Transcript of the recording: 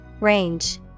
Range